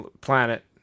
planet